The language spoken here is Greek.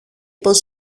πως